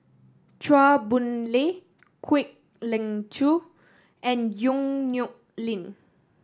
Chua Boon Lay Kwek Leng Joo and Yong Nyuk Lin